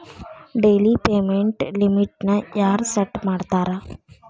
daily payment ಲಿಮಿಟ್ನ ಯಾರ್ set ಮಾಡ್ತಾರಾ